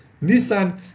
Nisan